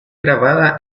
grabada